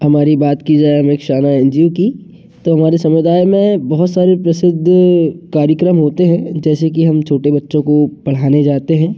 हमारी बात की जाए अन्वेक्षा एन जी ओ की तो हमारी संविधान में बहुत सारी प्रसिद्ध कार्यक्रम होते हैं जैसे कि हम छोटे बच्चों को पढ़ाने जाते हैं